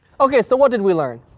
okay, so what did we learn?